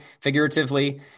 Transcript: figuratively